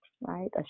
right